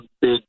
big